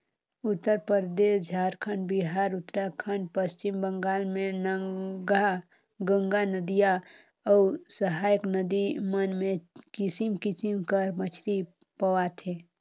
उत्तरपरदेस, झारखंड, बिहार, उत्तराखंड, पच्छिम बंगाल में गंगा नदिया अउ सहाएक नदी मन में किसिम किसिम कर मछरी पवाथे